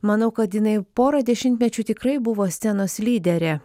manau kad jinai porą dešimtmečių tikrai buvo scenos lyderė